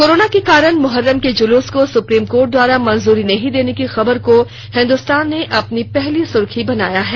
corona के कारण मोहर्रम के जुलूस को सुप्रीम कोर्ट द्वारा मंजूरी नहीं देने की खबर को हिन्द्स्तान ने अपनी पहली सुर्खी बनाया है